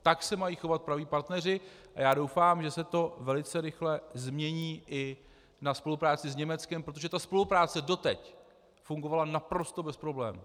Tak se mají chovat praví partneři a já doufám, že se to velice rychle změní i na spolupráci s Německem, protože ta spolupráce doteď fungovala naprosto bez problémů.